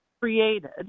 created